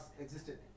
existed